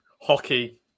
Hockey